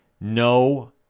No